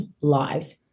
lives